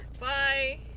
bye